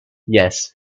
yes